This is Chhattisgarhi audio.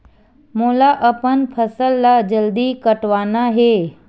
मोला अपन फसल ला जल्दी कटवाना हे?